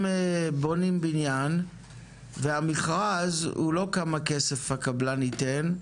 בונים בנין והמכרז הוא לא כמה כסף הקבלן ייתן,